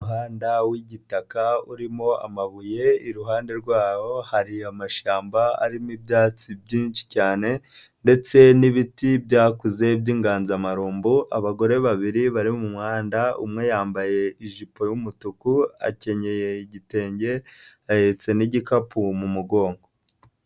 Umuhanda w'igitaka urimo amabuye, iruhande rwabo hari amashyamba arimo ibyatsi byinshi cyane, ndetse n'ibiti byakuze by'inganzamarumbo, abagore babiri bari mu muhanda, umwe yambaye ijipo y'umutuku akenyeye igitenge, ahetse n'igikapu mu mugongo.